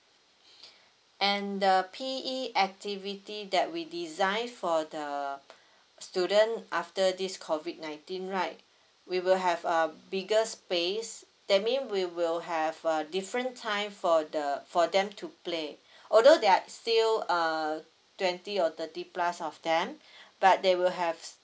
and the P_E activity that we design for the student after this COVID nineteen right we will have a bigger space that mean we will have a different time for the for them to play although they're still err twenty or thirty plus of them but they will have